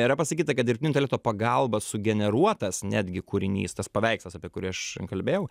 yra pasakyta kad dirbtinio intelekto pagalba sugeneruotas netgi kūrinys tas paveikslas apie kurį aš kalbėjau